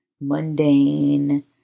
mundane